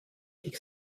ich